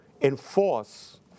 enforce